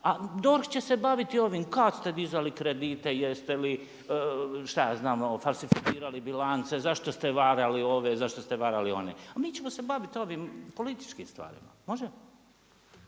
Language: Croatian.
a DORH će se baviti ovim kad ste dizali kredite, jeste li, šta ja znam falsificirali bilance, zašto ste vagali ove, zašto ste vagali one, a mi ćemo se bavit ovim političkim stvarima, može?